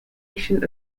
notion